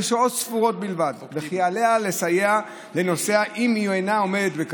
שעות ספורות בלבד וכי עליה לסייע לנוסעיה אם היא אינה עומדת בכך.